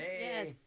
Yes